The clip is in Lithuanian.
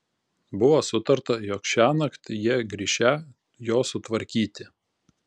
buvo sutarta jog šiąnakt jie grįšią jo sutvarkyti